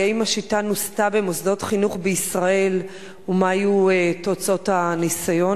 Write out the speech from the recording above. האם השיטה נוסתה במוסדות חינוך בישראל ומה תוצאות הניסיון?